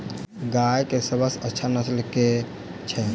गाय केँ सबसँ अच्छा नस्ल केँ छैय?